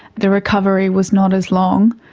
the recovery was not as long,